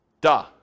Duh